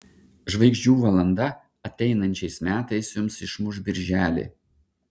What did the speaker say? žvaigždžių valanda ateinančiais metais jums išmuš birželį